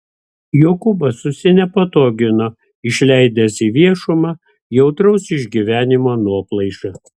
jokūbas susinepatogino išleidęs į viešumą jautraus išgyvenimo nuoplaišą